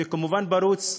זה כמובן פרוץ,